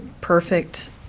perfect